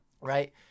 right